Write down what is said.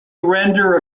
render